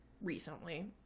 recently